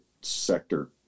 sector